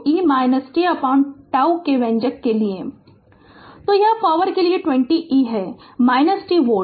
Refer Slide Time 2942 तो यह power के लिए 20 e है - t वोल्ट